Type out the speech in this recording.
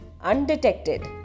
undetected